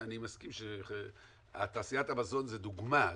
אני מסכים שתעשיית המזון זה דוגמה,